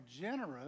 generous